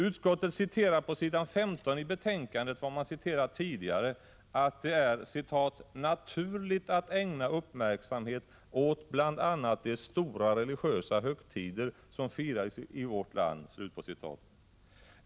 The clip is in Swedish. Utskottet citerar på s. 15 i betänkandet vad man citerat tidigare, att det är ”naturligt att ägna uppmärksamhet åt bl.a. de stora religiösa högtider som firas i vårt land”.